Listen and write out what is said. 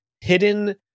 hidden